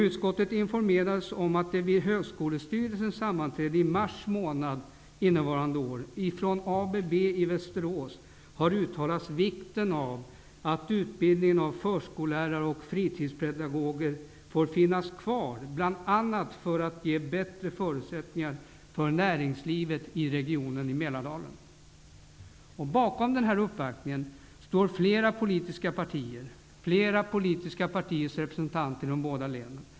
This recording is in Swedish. Utskottet informerades om att det, vid Högskolestyrelsens sammanträde i mars månad 1993, från ABB i Västerås hade uttalats vikten av att utbildningen av förskollärare och fritidspedagoger får finnas kvar, bl.a. för att ge bättre förutsättningar för näringslivet i Mälardalen. Bakom uppvaktningen står flera politiska partier, med flera representanter från de båda länen.